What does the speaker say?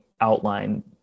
outline